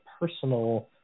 personal